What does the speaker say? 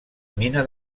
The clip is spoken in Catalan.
mina